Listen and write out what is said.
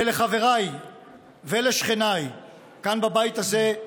ולחבריי ולשכניי כאן בבית הזה,